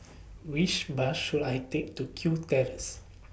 Which Bus should I Take to Kew Terrace